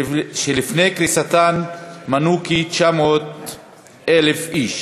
שלפני קריסתן מנו כ-900,000 איש.